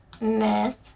myth